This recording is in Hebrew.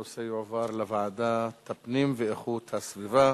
הנושא יועבר לוועדת הפנים והגנת הסביבה.